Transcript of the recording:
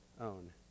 own